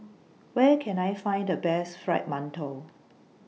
Where Can I Find The Best Fried mantou